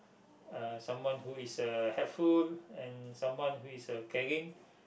uh someone who is a helpful and someone who is a caring